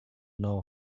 know